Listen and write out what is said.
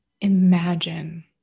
imagine